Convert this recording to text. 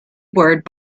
word